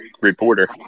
reporter